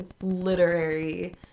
Literary